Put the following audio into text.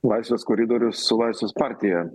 laisvės koridorius su laisvės partija